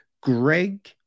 Greg